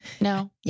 No